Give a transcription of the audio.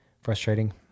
frustrating